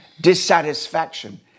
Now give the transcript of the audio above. dissatisfaction